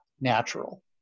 natural